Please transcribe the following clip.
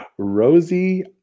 Rosie